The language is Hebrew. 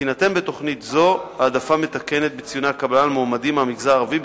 תינתן בתוכנית זו העדפה מתקנת בציוני הקבלה למועמדים מהמגזר הערבי,